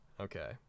Okay